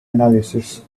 analysis